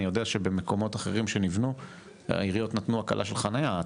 אני יודע שבמקומות אחרים שנבנו העיריות נתנו הקלה של חנייה,